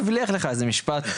הבליח לך איזה משפט,